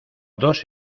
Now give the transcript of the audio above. dos